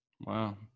Wow